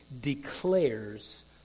declares